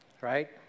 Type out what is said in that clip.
Right